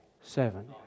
Seven